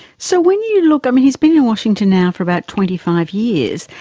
so when you look, i mean, he's been in washington now for about twenty five years,